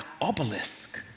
obelisk